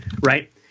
right